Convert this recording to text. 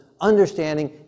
understanding